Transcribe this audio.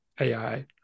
AI